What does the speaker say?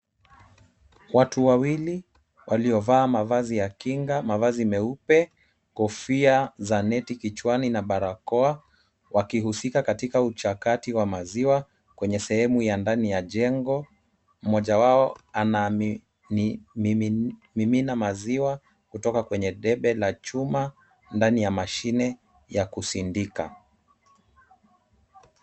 Watu wawili waliovaa mavazi ya kinga, mavazi meupe, kofia za neti kichwani na barakoa wakihusika katika uchakati wa maziwa kwenye sehemu ya ndani ya jengo. Mmoja wao anamimina maziwa kutoka kwenye debe la chuma ndani ya mashine ya kusindika.